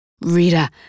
Rita